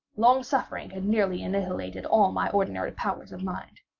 long suffering had nearly annihilated all my ordinary powers of mind.